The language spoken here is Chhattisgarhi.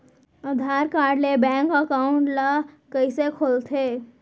आधार कारड ले बैंक एकाउंट ल कइसे खोलथे?